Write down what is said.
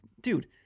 dude